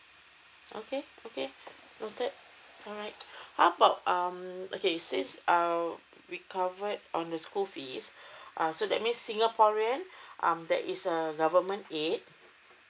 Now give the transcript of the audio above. okay okay noted alright how about um okay since uh we covered on the school fees are so that means singaporean um that is err government aid